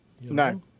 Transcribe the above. No